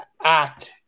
act